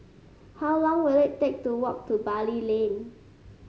how long will it take to walk to Bali Lane